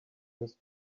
his